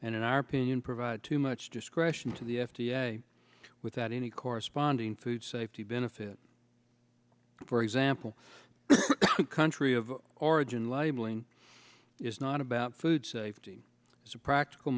and in our opinion provide too much discretion to the f d a without any corresponding food safety benefit for example country of origin labeling it's not about food safety as a practical